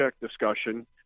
discussion